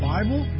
Bible